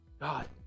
God